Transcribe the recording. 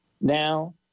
now